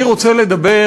אני רוצה לדבר,